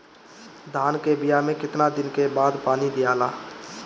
धान के बिया मे कितना दिन के बाद पानी दियाला?